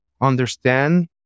understand